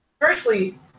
firstly